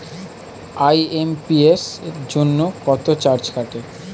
IMPS জন্য কত charge কাটে?